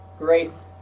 grace